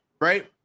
right